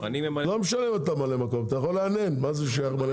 לא משנה שאתה ממלא מקום, אתה יכול להנהן עם הראש.